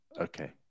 Okay